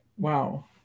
wow